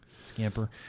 Scamper